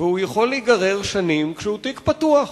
והוא יכול להיגרר שנים כשהוא תיק פתוח.